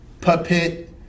puppet